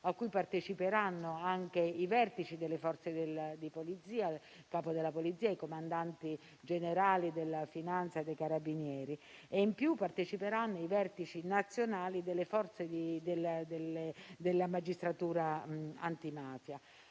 a cui parteciperanno anche i vertici delle Forze di polizia, il capo della Polizia, i comandanti generali della Finanza e dei Carabinieri, e in più i vertici nazionali della magistratura antimafia.